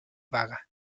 vaga